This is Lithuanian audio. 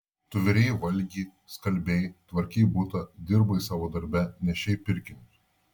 tu virei valgi skalbei tvarkei butą dirbai savo darbe nešei pirkinius